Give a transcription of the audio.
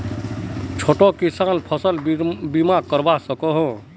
छोटो किसान फसल बीमा करवा सकोहो होबे?